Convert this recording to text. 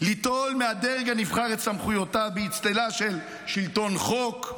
ליטול מהדרג הנבחר את סמכויותיו באצטלה של שלטון חוק,